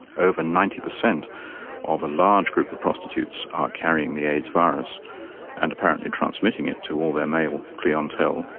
over ninety percent of a large group of prostitutes are carrying the aids virus and apparently transmitting it to all their male clientele,